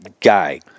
Guy